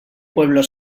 pueblo